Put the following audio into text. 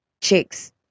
chicks